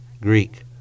Greek